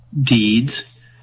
deeds